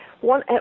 one